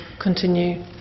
continue